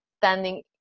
standing